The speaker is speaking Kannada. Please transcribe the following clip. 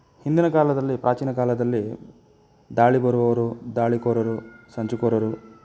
ಹಿಂದಿನ ಕಾಲದಲ್ಲಿ ಪ್ರಾಚೀನ ಕಾಲದಲ್ಲಿ ದಾಳಿ ಬರುವವರು ದಾಳಿಕೋರರು ಸಂಚುಕೋರರು